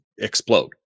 explode